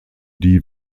die